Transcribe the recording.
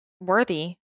worthy